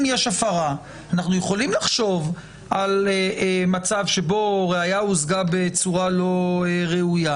אם יש הפרה אנחנו יכולים לחשוב על מצב שבו ראיה הושגה בצורה לא ראויה.